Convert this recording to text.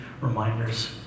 reminders